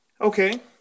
Okay